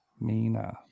Mina